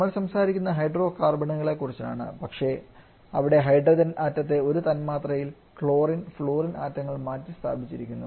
നമ്മൾ സംസാരിക്കുന്നത് ഹൈഡ്രോകാർബണുകളെക്കുറിച്ചാണ് പക്ഷേ അവിടെ ഹൈഡ്രജൻ ആറ്റത്തെ ഒരു തന്മാത്രയിൽ ക്ലോറിൻ ഫ്ലൂറിൻ ആറ്റങ്ങൾ മാറ്റിസ്ഥാപിച്ചിരിക്കുന്നു